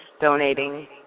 donating